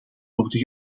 worden